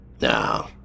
No